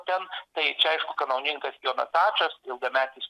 ten tai čia aišku kanauninkas jonas ačas ilgametis